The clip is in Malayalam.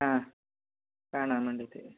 ആ കാണാൻ വേണ്ടിയിട്ട്